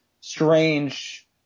strange